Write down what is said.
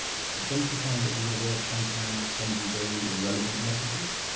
but don't you find that the universe sometimes sends you very irrelevant messages?